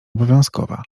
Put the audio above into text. obowiązkowa